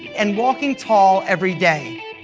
and walking tall every day.